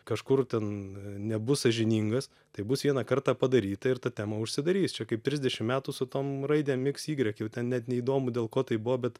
kažkur ten nebus sąžiningas tai bus vieną kartą padaryta ir ta tema užsidarys čia kaip trisdešim metų su tom raidėm iks ygrek jau ten net neįdomu dėl ko tai buvo bet